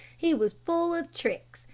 he was full of tricks,